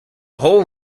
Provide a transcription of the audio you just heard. whole